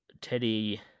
teddy